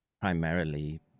primarily